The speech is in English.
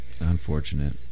Unfortunate